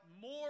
more